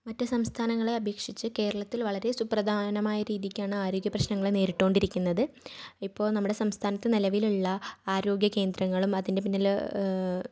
മറ്റ് സംസ്ഥാനങ്ങളെ അപേക്ഷിച്ച് കേരളത്തിൽ വളരെ സുപ്രധാനമായ രീതിക്കാണ് ആരോഗ്യ പ്രശ്നങ്ങൾ നേരിട്ടു കൊണ്ടിരിക്കുന്നത് ഇപ്പോൾ നമ്മുടെ സംസ്ഥാനത്ത് നിലവിലുള്ള ആരോഗ്യ കേന്ദ്രങ്ങളും അതിൻ്റെ പിന്നിൽ